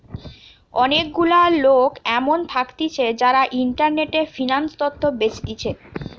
অনেক গুলা লোক এমন থাকতিছে যারা ইন্টারনেটে ফিন্যান্স তথ্য বেচতিছে